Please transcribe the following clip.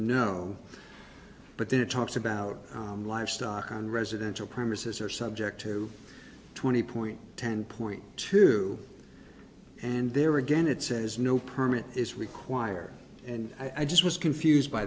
no but there are talks about livestock on residential premises are subject to twenty point ten point too and there again it says no permit is required and i just was confused by